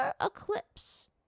eclipse